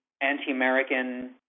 anti-American